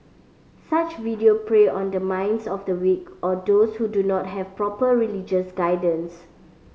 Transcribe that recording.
such video prey on the minds of the weak or those who do not have proper religious guidance